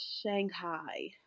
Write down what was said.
Shanghai